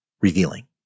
revealing